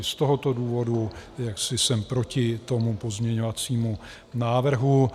Z tohoto důvodu jsem proti tomu pozměňovacímu návrhu.